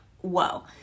whoa